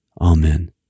Amen